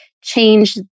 change